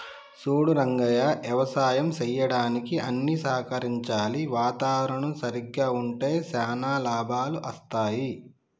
సూడు రంగయ్య యవసాయం సెయ్యడానికి అన్ని సహకరించాలి వాతావరణం సరిగ్గా ఉంటే శానా లాభాలు అస్తాయి